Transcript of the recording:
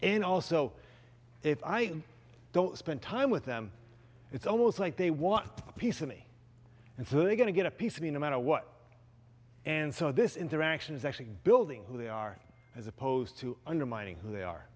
and also if i don't spend time with them it's almost like they want a piece of me and so they're going to get a piece of me no matter what and so this interaction is actually building who they are as opposed to undermining who they are